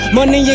Money